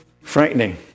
Frightening